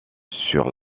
sur